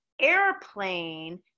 airplane